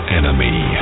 enemy